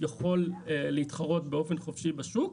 יכול להתחרות באופן חופשי בשוק,